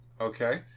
Okay